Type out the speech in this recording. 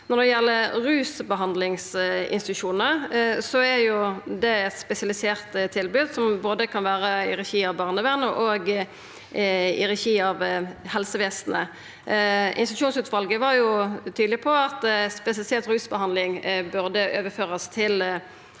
Når det gjeld rusbehandlingsinstitusjonar, er det eit spesialisert tilbod som kan vera både i regi av barnevernet og i regi av helsevesenet. Institusjonsutvalet var tydeleg på at spesialisert rusbehandling burde overførast til